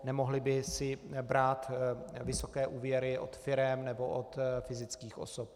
Nemohly by si brát vysoké úvěry od firem nebo od fyzických osob.